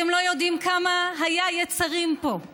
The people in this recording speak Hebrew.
אתם לא יודעים כמה יצרים היו פה,